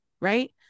right